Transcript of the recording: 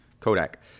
kodak